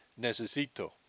necesito